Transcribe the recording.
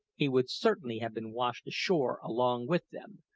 he would certainly have been washed ashore along with them,